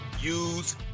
use